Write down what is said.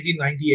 1998